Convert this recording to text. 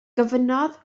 gofynnodd